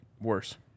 Worse